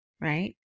right